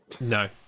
no